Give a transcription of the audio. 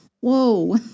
whoa